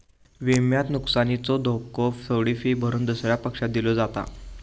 विम्यात नुकसानीचो धोको थोडी फी भरून दुसऱ्या पक्षाक दिलो जाता